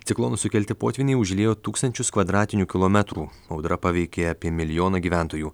ciklono sukelti potvyniai užliejo tūkstančius kvadratinių kilometrų audra paveikė apie milijoną gyventojų